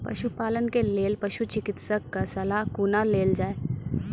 पशुपालन के लेल पशुचिकित्शक कऽ सलाह कुना लेल जाय?